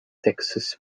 texas